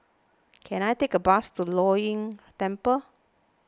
can I take a bus to Lei Yin Temple